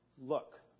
Look